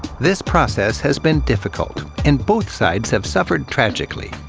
this process has been difficult, and both sides have suffered tragically.